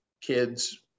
kids